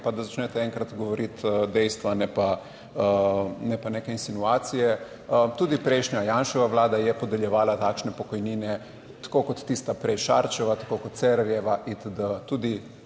pa da začnete enkrat govoriti dejstva, ne pa neke insinuacije. Tudi prejšnja Janševa Vlada je podeljevala takšne pokojnine, tako kot tista prej Šarčeva, tako kot Cerarjeva itd.,